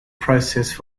processed